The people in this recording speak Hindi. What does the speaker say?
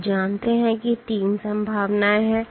आप जानते हैं कि 3 संभावनाएं हैं